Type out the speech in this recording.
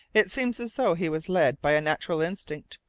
it seemed as though he was led by a natural instinct,